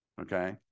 Okay